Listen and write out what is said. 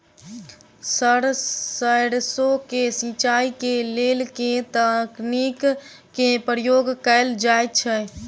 Sir सैरसो केँ सिचाई केँ लेल केँ तकनीक केँ प्रयोग कैल जाएँ छैय?